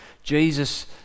Jesus